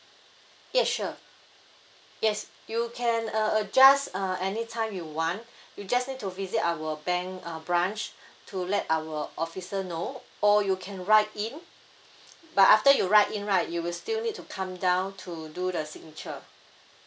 yes sure yes you can uh adjust uh anytime you want you just need to visit our bank uh branch to let our officer know or you can write in but after you write in right you will still need to come down to do the signature